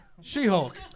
She-Hulk